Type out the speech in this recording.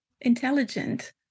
intelligent